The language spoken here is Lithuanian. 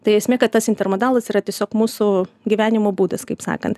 tai esmė kad tas intermodalas yra tiesiog mūsų gyvenimo būdas kaip sakant